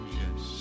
yes